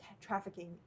trafficking